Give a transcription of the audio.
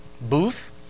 booth